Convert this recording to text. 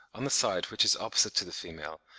on the side which is opposite to the female,